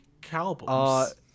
cowboys